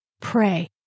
Pray